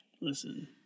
Listen